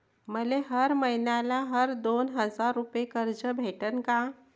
मले हर मईन्याले हर दोन हजार रुपये कर्ज भेटन का?